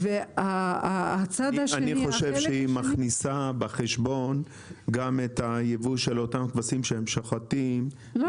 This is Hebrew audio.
אני חושב שאת מכניסה בחשבון גם את הייבוא של אותם כבשים שהם שוחטים לחג.